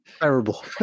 terrible